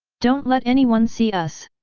don't let anyone see us.